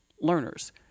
learners